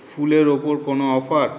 ফুলের ওপর কোনো অফার